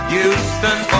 Houston